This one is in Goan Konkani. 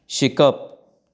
शिकप